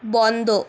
বন্ধ